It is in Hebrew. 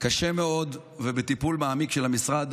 קשה מאוד, ובטיפול מעמיק של המשרד.